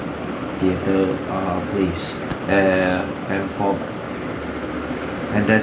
theatre err place err and for and there's